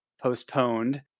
postponed